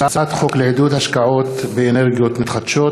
הצעת חוק לעידוד השקעה באנרגיות מתחדשות